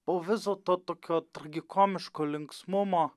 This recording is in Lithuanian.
po viso to tokio tragikomiško linksmumo